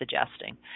suggesting